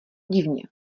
divně